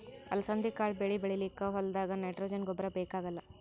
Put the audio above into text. ಅಲಸಂದಿ ಕಾಳ್ ಬೆಳಿ ಬೆಳಿಲಿಕ್ಕ್ ಹೋಲ್ದಾಗ್ ನೈಟ್ರೋಜೆನ್ ಗೊಬ್ಬರ್ ಬೇಕಾಗಲ್